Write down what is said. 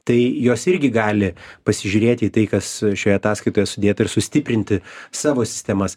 tai jos irgi gali pasižiūrėti į tai kas šioje ataskaitoje sudėta ir sustiprinti savo sistemas